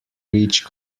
reach